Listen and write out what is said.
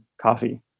coffee